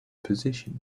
position